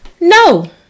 No